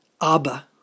Abba